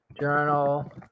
journal